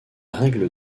règle